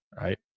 right